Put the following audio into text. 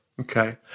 Okay